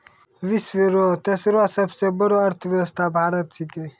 विश्व रो तेसरो सबसे बड़ो अर्थव्यवस्था भारत छिकै